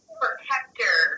protector